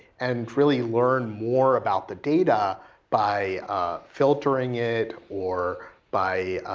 and really learn more about the data by filtering it, or by